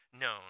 known